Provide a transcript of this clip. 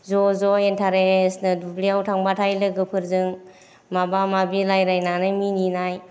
ज' ज' इन्टारेस्त नो दुब्लियाव थांब्लाथाय लोगोफोरजों माबा माबि रायज्लायनानै मिनिनाय